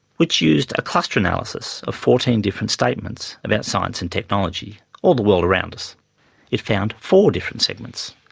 which used a cluster analysis of fourteen different statements about science and technology or the world around us it found four different segments.